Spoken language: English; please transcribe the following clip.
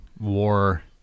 war